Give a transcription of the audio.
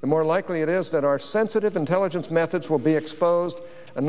the more likely it is that our sensitive intelligence methods will be exposed and